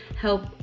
help